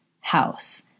house